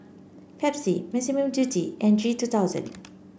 Pepsi Massimo Dutti and G two thousand